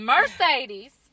Mercedes